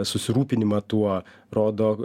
susirūpinimą tuo rodo